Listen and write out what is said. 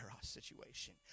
situation